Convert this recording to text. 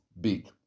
big